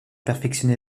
perfectionné